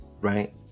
Right